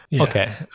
Okay